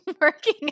working